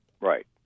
Right